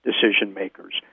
decision-makers